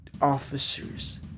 officers